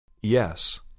Yes